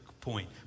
point